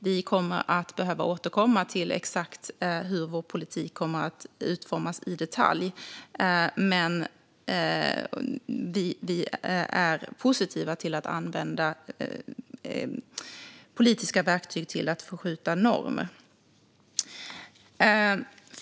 Vi behöver återkomma till exakt hur vår politik kommer att utformas i detalj, men vi är positiva till att använda politiska verktyg för att förskjuta normer.